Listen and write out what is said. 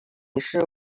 事务所